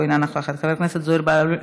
כהן-פארן,